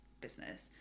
business